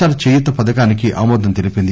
are Cheyutha పథకానికి ఆమోదం తెలిపింది